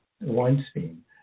Weinstein